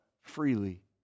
freely